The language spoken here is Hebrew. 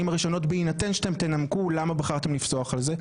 הראשונות בהינתן שאתם תנמקו למה בחרתם לפסוח על זה,